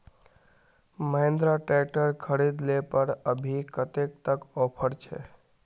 Mahindra tractor खरीद ले पर अभी कतेक तक ऑफर छे?